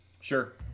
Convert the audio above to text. Sure